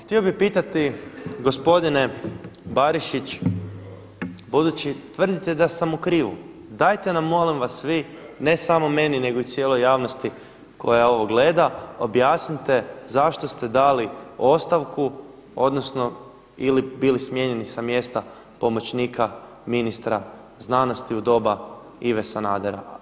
Htio bi pitati, gospodine Barišić budući tvrdite da sam u krivu, dajte vam molim vas vi ne samo meni nego i cijeloj javnosti koja ovo gleda objasnite zašto ste dali ostavku odnosno ili bili smijenjeni sa mjesta pomoćnika ministra znanosti u doba Ive Sanadera.